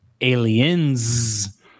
Aliens